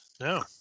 no